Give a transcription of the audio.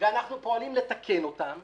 אנחנו פועלים לתקן אותן.